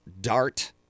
Dart